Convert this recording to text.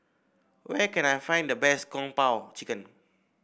where can I find the best Kung Po Chicken